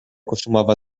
costumava